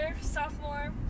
sophomore